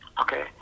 Okay